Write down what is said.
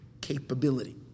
capability